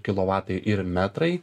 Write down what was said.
kilovatai ir metrai